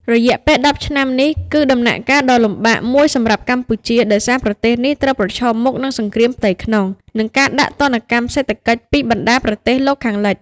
រយៈពេល ១០ ឆ្នាំនេះ គឺជាដំណាក់កាលដ៏លំបាកមួយសម្រាប់កម្ពុជា ដោយសារប្រទេសនេះត្រូវប្រឈមមុខនឹងសង្គ្រាមផ្ទៃក្នុង និងការដាក់ទណ្ឌកម្មសេដ្ឋកិច្ចពីបណ្ដាប្រទេសលោកខាងលិច ។